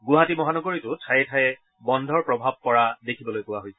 গুৱাহাটী মহানগৰীতো ঠায়ে ঠায়ে বন্ধৰ প্ৰভাৱ পৰা দেখিবলৈ পোৱা গৈছে